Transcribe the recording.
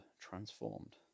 transformed